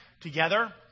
together